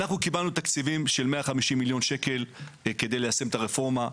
אנחנו קיבלנו תקציבים של 150 מיליון שקל כדי ליישם את הרפורמה.